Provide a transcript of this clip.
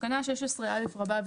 תקנה 16א רבה,